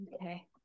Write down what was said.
Okay